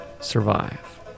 survive